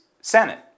Senate